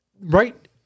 right